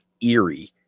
eerie